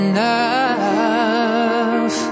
Enough